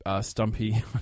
Stumpy